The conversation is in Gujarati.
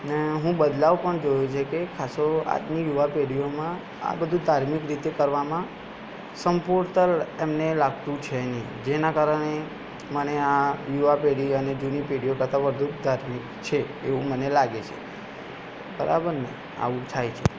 ને હું બદલાવ પણ જોયો છે કે ખાસ્સો આજની યુવા પેઢીઓમાં આ બધું ધાર્મિક રીતે કરવામાં એમને લાગતું છે નહીં જેના કારણે મને આ યુવા પેઢી અને જૂની પેઢીઓ કરતાં વધું ધાર્મિક છે એવું મને લાગે છે બરાબર ને આવું થાય છે